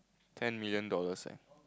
ten million dollars eh